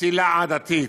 פסילה עדתית.